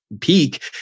peak